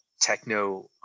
techno